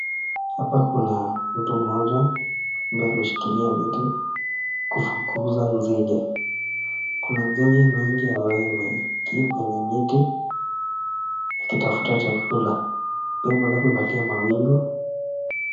Hapa kuna mtu moja ambaye ameshikilia miti kufukuza nzige. Kuna nzige mingi ambaye imeingia kwenye miti ikitafuta chakula. Pia unaweza kuangalia mawingu.